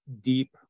deep